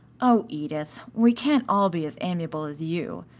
oh, edith, we can't all be as amiable as you,